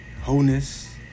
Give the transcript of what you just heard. wholeness